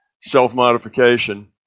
self-modification